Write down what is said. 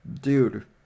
Dude